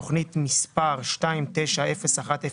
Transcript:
תוכנית מספר 29-01-02: